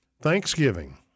Thanksgiving